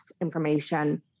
information